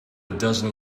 dozen